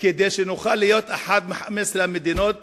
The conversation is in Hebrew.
כדי שב-2028 נוכל להיות אחת מ-15 המדינות